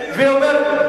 אבל,